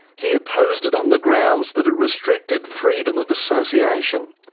he opposed it on the grounds that it restricted freedom of association.